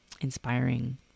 inspiring